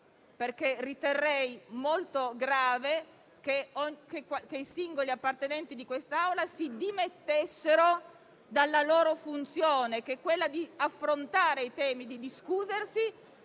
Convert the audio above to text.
perché riterrei molto grave che i singoli componenti si dimettessero dalla loro funzione, che è quella di affrontare i temi, di discuterne,